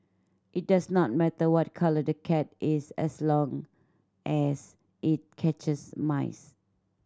it does not matter what colour the cat is as long as it catches mice